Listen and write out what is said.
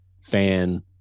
fan